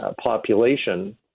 population